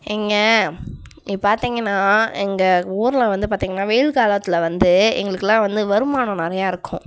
நீங்கள் இங்கே பார்த்திங்கன்னா எங்கள் ஊரில் வந்து பார்த்திங்கன்னா வெயில் காலத்தில் வந்து எங்களுக்கெலாம் வந்து வருமானம் நிறையா இருக்கும்